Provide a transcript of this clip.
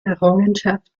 errungenschaft